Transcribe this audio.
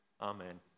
Amen